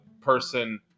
person